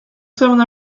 seven